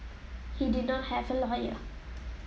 he did not have a lawyer